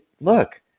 look